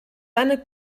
eine